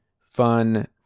fun